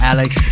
Alex